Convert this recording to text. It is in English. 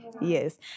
Yes